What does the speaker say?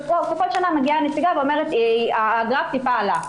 בכל שנה מגיעה נציגה ואומרת שהגרף עלה קצת.